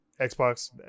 Xbox